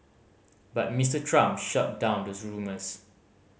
but Mister Trump shot down those rumours